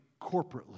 corporately